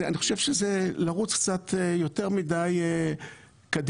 אני חושב שזה לרוץ קצת יותר מדי קדימה.